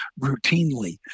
routinely